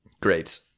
Great